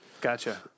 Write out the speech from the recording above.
Gotcha